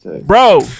Bro